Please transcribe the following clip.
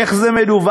איך זה מדווח,